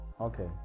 okay